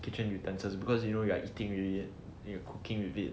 kitchen utensils because you know you are eating with it and you are cooking with it